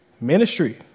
Ministry